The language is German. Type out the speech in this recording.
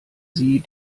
sie